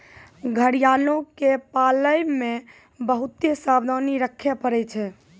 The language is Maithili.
घड़ियालो के पालै मे बहुते सावधानी रक्खे पड़ै छै